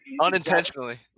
Unintentionally